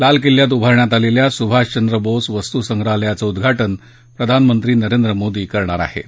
लाल किल्यात उभारण्यात आलेल्या सुभाषचंद्र बोस वस्तुसंग्रहालयाचं उद्घाटन प्रधानमंत्री नरेंद्र मोदी करणार अहेत